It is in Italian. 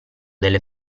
delle